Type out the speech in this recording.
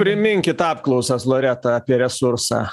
priminkit apklausas loreta apie resursą